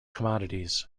commodities